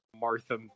martha